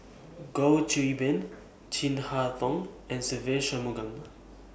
Goh Qiu Bin Chin Harn Tong and Se Ve Shanmugam